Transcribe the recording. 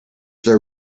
their